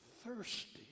thirsty